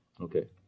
Okay